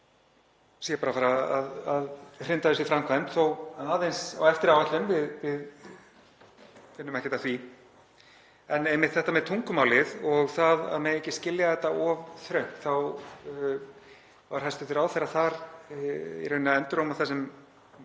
sé bara að fara að hrinda þessu í framkvæmd — þó aðeins á eftir áætlun, við finnum ekkert að því. En einmitt þetta með tungumálið og að það megi ekki skilja þetta of þröngt, þá var hæstv. ráðherra þar í rauninni að enduróma það sem